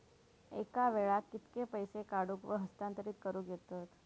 एका वेळाक कित्के पैसे काढूक व हस्तांतरित करूक येतत?